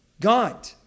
God